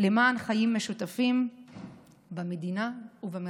למען חיים משותפים במדינה ובמרחב.